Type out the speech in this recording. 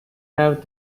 have